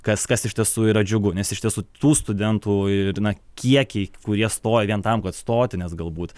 kas kas iš tiesų yra džiugu nes iš tiesų tų studentų ir na kiekiai kurie stoja vien tam kad stoti nes galbūt